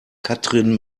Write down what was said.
katrin